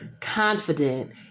confident